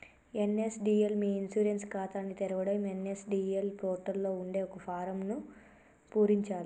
NSDL మీ e insurance ఖాతాని తెరవడం ఎన్.ఎస్.డి.ఎల్ పోర్టల్ లో ఉండే ఒక ఫారమ్ను పూరించాలే